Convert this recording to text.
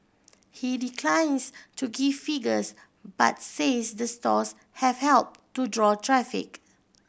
he declines to give figures but says the stores have helped to draw traffic